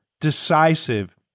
decisive